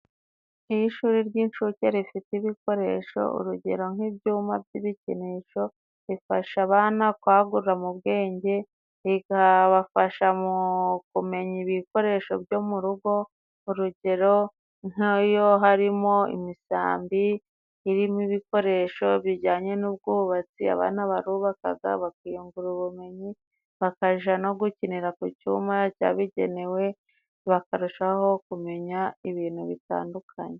Iyo ishuri ry'inshuke rifite ibikoresho, urugero nk'ibyuma by'ibikinisho, rifasha abana kwagura mu bwenge, rikabafasha mu kumenya ibikoresho byo mu rugo, urugero nk'iyo harimo imisambi irimo ibikoresho bijyanye n'ubwubatsi, abana barubakaga bakiyungura ubumenyi, bakaja no gukinira ku cuma cyabigenewe bakarushaho kumenya ibintu bitandukanye.